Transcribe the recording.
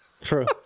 True